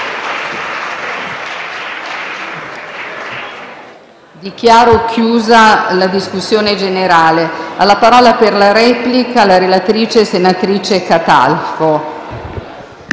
Dichiaro chiusa la discussione generale. Ha facoltà di parlare la relatrice, senatrice Catalfo.